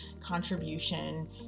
contribution